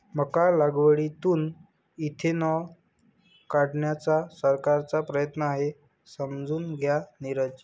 मका लागवडीतून इथेनॉल काढण्याचा सरकारचा प्रयत्न आहे, समजून घ्या नीरज